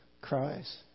cries